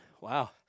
Wow